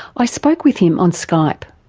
i spoke with him on skype.